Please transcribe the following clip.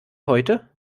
heute